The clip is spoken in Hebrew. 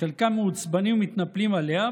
חלקם מעוצבנים ומתנפלים עליה,